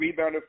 rebounder